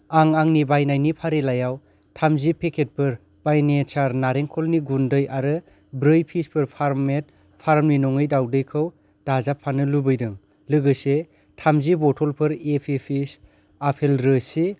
आं आंनि बायनायनि फारिलाइयाव थामजि पेकेटफोर बाइ नेचार नालेंखरनि गुन्दै आरो ब्रै पिसफोर फार्म मेड फार्मनि नङै दावदैखौ दाजाबफानो लुबैदों लोगोसे थामजि बथ'लफोर एप्पि फिज आपेल रोसि